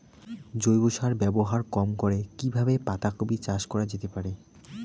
জৈব সার ব্যবহার কম করে কি কিভাবে পাতা কপি চাষ করা যেতে পারে?